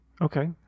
Okay